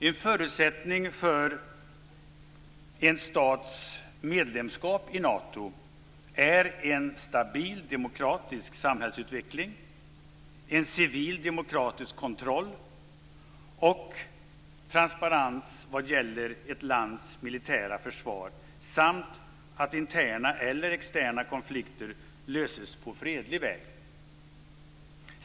En förutsättning för en stats medlemskap i Nato är en stabil demokratisk samhällsutveckling, en civil demokratisk kontroll, transparens vad gäller ett lands militära försvar samt att interna eller externa konflikter löses på fredlig väg.